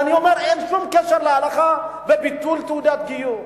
ואני אומר, אין שום קשר להלכה בביטול תעודת גיור.